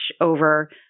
over